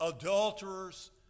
adulterers